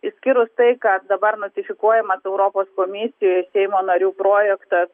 išskyrus tai kas dabar notifikuojama europos komisijoj seimo narių projektas